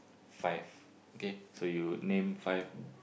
five K so you name five